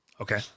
Okay